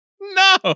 No